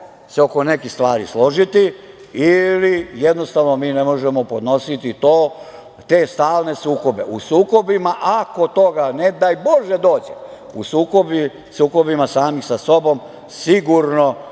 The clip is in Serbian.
se oko nekih stvari složiti ili jednostavno mi ne možemo podnositi to, te stalne sukobe. U sukobima, ako do toga, ne daj Bože dođe, u sukobima sami sa sobom sigurno